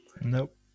Nope